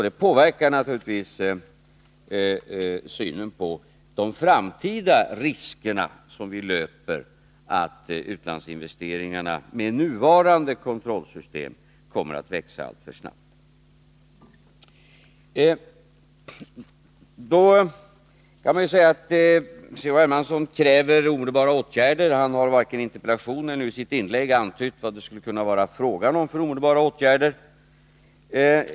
Det påverkar naturligtvis synen på de framtida risker som vi löper att utlandsinvesteringarna med nuvarande kontrollsystem kommer att växa för snabbt. C.-H. Hermansson kräver omedelbara åtgärder, men han har varken i interpellationen eller i sitt inlägg antytt vilka omedelbara åtgärder det skulle vara fråga om.